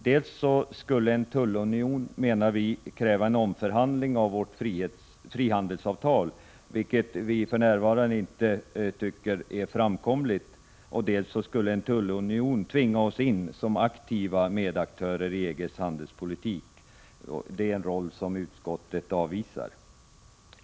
Dels menar vi att en tullunion skulle kräva en omförhandling av vårt frihandelsavtal, vilket för närvarande inte är framkomligt, dels skulle en tullunion tvinga oss in som aktiva medaktörer i EG:s handelspolitik, en roll som utskottet avvisar.